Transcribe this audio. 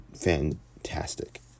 fantastic